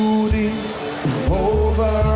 over